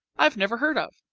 i have never heard of.